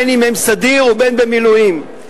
בין שהם סדיר ובין שהם במילואים.